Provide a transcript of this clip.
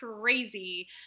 crazy